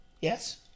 Yes